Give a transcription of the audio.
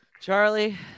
Charlie